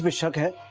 but check it.